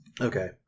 Okay